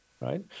right